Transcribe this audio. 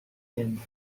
him